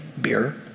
beer